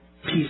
Peace